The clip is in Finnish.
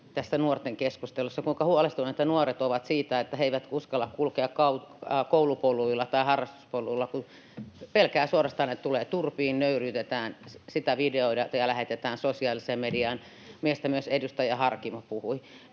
tässä nuorten keskustelussa yhtään kiitosta, kuinka huolestuneita nuoret ovat siitä, että he eivät uskalla kulkea koulupoluilla tai harrastuspolulla, kun pelkäävät suorastaan, että tulee turpiin, nöyryytetään, sitä videoidaan ja lähetetään sosiaaliseen mediaan — mistä myös edustaja Harkimo puhui.